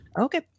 Okay